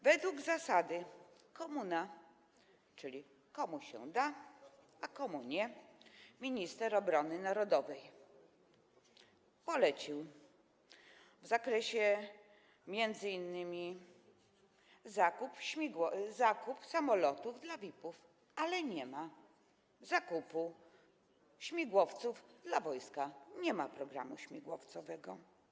Według zasady: komu na, czyli komu się da, a komu nie, minister obrony narodowej polecił m.in. zakup samolotów dla VIP-ów, ale nie ma zakupu śmigłowców dla wojska, nie ma programu śmigłowcowego.